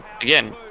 Again